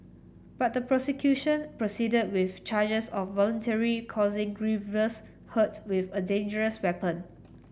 but the prosecution proceeded with charges of voluntary causing grievous hurt with a dangerous weapon